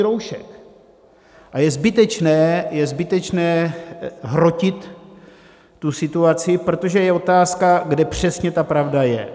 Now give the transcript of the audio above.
A je zbytečné, je zbytečné hrotit tu situaci, protože je otázka, kde přesně ta pravda je.